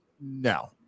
No